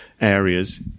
areas